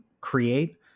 create